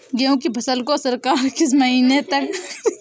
गेहूँ की फसल को सरकार किस महीने तक खरीदेगी?